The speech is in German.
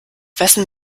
wessen